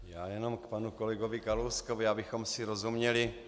Já jenom k panu kolegovi Kalouskovi, abychom si rozuměli.